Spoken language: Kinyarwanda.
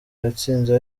yatsinze